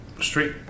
street